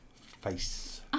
Face